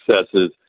successes